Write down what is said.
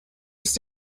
ist